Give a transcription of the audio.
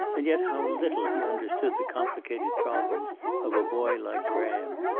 and yet how little he understood the complicated problems of a boy like graham,